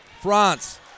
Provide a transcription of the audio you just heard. France